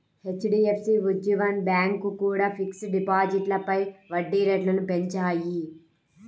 HDFC, Ujjivan bank కూడా fixed డిపాజిట్లపై వడ్డీ రేట్లను పెంచాయి